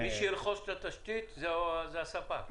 מי שירכוש את התשתית, זה הספק.